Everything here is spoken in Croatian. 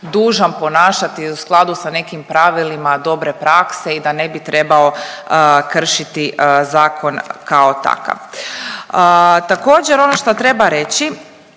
dužan ponašati u skladu sa nekim pravilima dobre prakse i da ne bi treba kršiti zakon kao takav. Također, ono šta treba reći